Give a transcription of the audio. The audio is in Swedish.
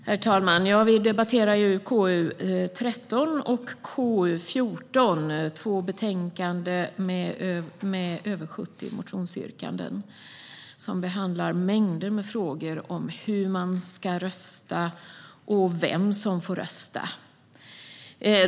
Herr talman! Vi debatterar KU13 och KU14, två betänkanden med över 70 motionsyrkanden som behandlar mängder med frågor om hur man ska rösta och vem som ska få rösta.